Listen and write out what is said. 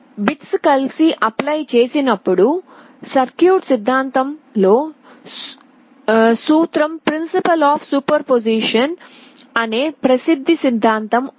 bits కలిసి apply చేసినపుడు circuit సిద్ధాంతంలో సూత్రం ఆఫ్ సూపర్పొజిషన్ అనే ప్రసిద్ధ సిద్ధాంతం ఉంది